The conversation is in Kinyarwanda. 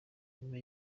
nyuma